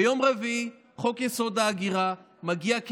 ביום רביעי חוק-יסוד: ההגירה מגיע,